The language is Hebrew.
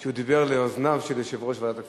כשהוא דיבר לאוזניו של יושב-ראש ועדת הכספים.